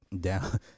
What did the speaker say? down